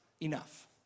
enough